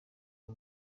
uwo